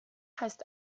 heißt